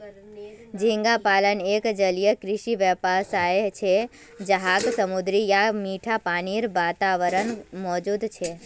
झींगा पालन एक जलीय कृषि व्यवसाय छे जहाक समुद्री या मीठा पानीर वातावरणत मौजूद छे